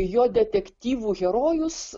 jo detektyvų herojus